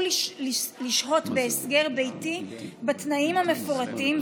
לשהות בהסגר ביתי בתנאים המפורטים,